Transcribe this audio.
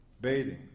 bathing